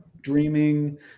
Dreaming